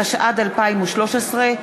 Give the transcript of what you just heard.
התשע"ד 2013,